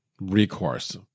recourse